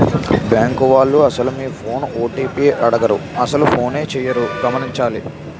bank వాళ్లు అసలు మీ ఫోన్ ఓ.టి.పి అడగరు అసలు ఫోనే చేయరు గమనించాలి